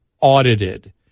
audited